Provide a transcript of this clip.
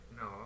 no